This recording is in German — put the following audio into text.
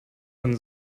von